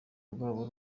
rwabo